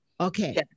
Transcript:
Okay